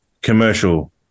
commercial